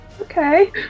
Okay